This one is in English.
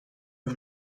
for